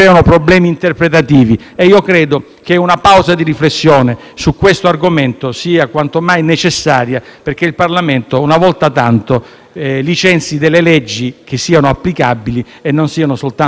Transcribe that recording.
che una pausa di riflessione su questo argomento sia quantomai necessaria, perché il Parlamento una volta tanto licenzi leggi che siano applicabili e non siano soltanto sogni irrealizzabili.